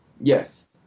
yes